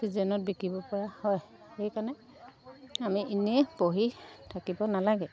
ছিজনত বিকিব পৰা হয় সেইকাৰণে আমি এনেই বহি থাকিব নালাগে